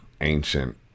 ancient